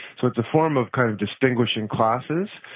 so it's a form of kind of distinguishing classes,